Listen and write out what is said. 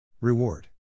Reward